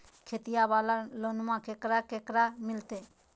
खेतिया वाला लोनमा केकरा केकरा मिलते?